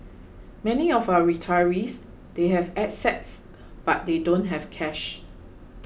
many of our retirees they have assets but they don't have cash